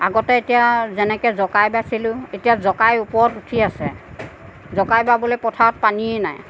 আগতে এতিয়া যেনেকৈ জকাই বাইছিলোঁ এতিয়া জকাই ওপৰত উঠি আছে জকাই বাবলৈ পথাৰত পানীয়ে নাই